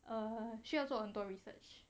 err 需要做很多 research